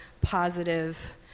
positive